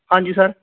ਹਾਂਜੀ ਸਰ